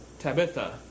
Tabitha